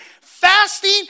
Fasting